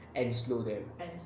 and slow them